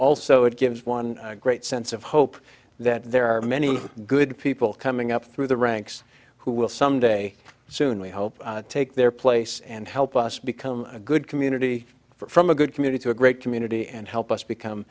also it gives one a great sense of hope that there are many good people coming up through the ranks who will someday soon we hope take their place and help us become a good community from a good community to a great community and help us become